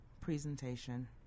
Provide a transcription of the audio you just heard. presentation